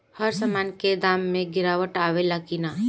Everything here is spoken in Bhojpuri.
हर सामन के दाम मे गीरावट आवेला कि न?